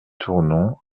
tournon